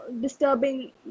disturbing